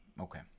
Okay